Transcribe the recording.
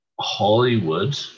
Hollywood